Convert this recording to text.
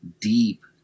deep